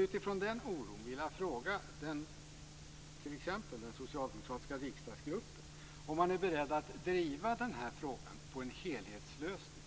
Utifrån den oron skulle jag vilja fråga t.ex. den socialdemokratiska riksdagsgruppen om man är beredd att driva frågan om en helhetslösning.